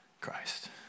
Christ